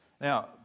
now